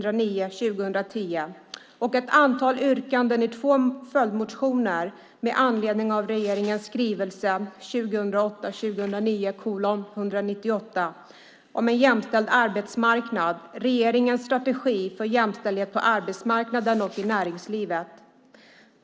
Det handlar också om ett antal yrkanden i två följdmotioner med anledning av regeringens skrivelse 2008/09:198 En jämställd arbetsmarknad - regeringens strategi för jämställdhet på arbetsmarknaden och i näringslivet .